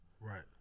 Right